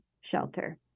shelter